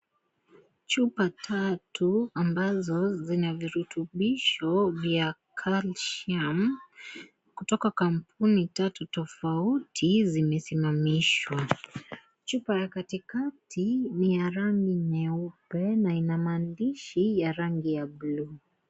Chupa tatu ambazo zina virutubisho vya calcium kutoka kampuni tatu tofauti zimesimamishwa , chupa ya katikati ni ya rangi nyeupe na ina maandishi ya rangi ya bluu.